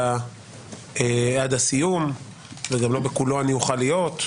עד הסיום וגם לא בכולו אני אוכל להיות,